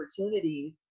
opportunities